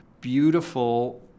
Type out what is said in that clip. beautiful